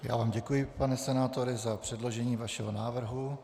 Já vám děkuji, pane senátore za předložení vašeho návrhu.